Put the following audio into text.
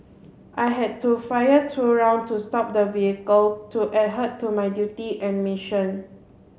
I had to fire two rounds to stop the vehicle to adhere to my duty and mission